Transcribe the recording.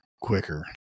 quicker